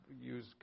use